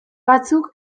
batzuk